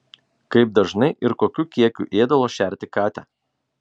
kaip dažnai ir kokiu kiekiu ėdalo šerti katę